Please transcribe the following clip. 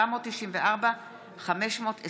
פ/494/23